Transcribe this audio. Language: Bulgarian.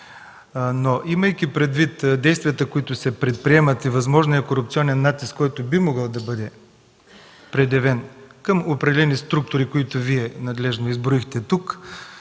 Имайки предвид действията, които се предприемат и възможния корупционен натиск, който би могъл да бъде упражнен към определени структури, които Вие надлежно изброихте тук,